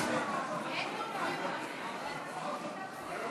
17 נתקבלו.